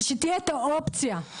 אבל שתהיה את האופציה,